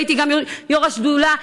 הייתי גם יו"ר השדולה,